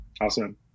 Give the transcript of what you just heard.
awesome